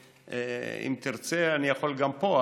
אם תרצה אני יכול גם פה,